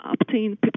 obtain